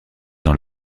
dans